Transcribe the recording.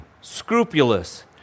scrupulous